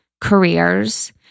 careers